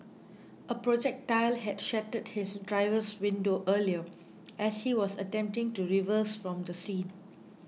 a projectile had shattered his driver's window earlier as he was attempting to reverse from the scene